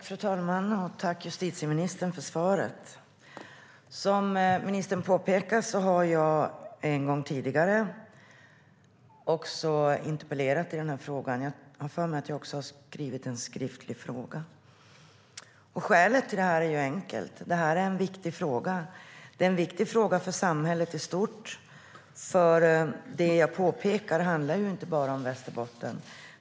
Fru talman! Jag tackar justitieministern för svaret. Som ministern påpekar har jag en gång tidigare interpellerat i frågan, och jag har för mig att jag även har lämnat in en skriftlig fråga. Skälet till det är enkelt: Det här är en viktig fråga. Det är en viktig fråga för samhället i stort, för det jag påpekar handlar inte bara om Västerbotten.